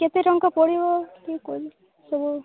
କେତେ ଟଙ୍କା ପଡ଼ିବ ଟିକେ କୁହନ୍ତୁ ସବୁ